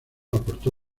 aportó